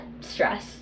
Stress